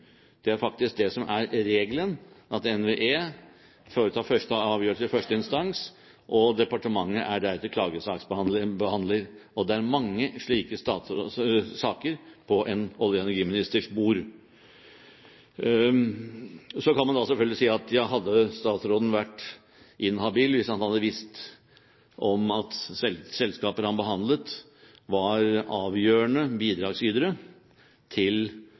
Det er faktisk det som er regelen – at NVE foretar første avgjørelse i første instans, og at departementet deretter er klagesaksbehandler. Det er mange slike saker på en olje- og energiministers bord. Så kan man selvfølgelig si: Hadde statsråden vært inhabil hvis han hadde visst om at selskaper han behandlet, var avgjørende bidragsytere til